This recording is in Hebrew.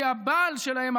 כי הבעל שלהן,